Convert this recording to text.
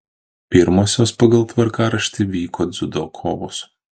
pirmosios pagal tvarkaraštį vyko dziudo kovos